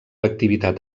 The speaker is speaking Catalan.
activitat